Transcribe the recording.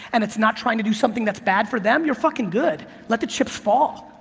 and it's not trying to do something that's bad for them, you're fucking good. let the chips fall,